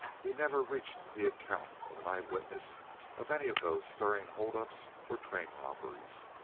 he never reached the account of an eyewitness of any of those stirring holdups or train robberies.